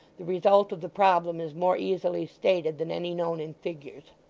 the result of the problem is more easily stated than any known in figures.